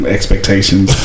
Expectations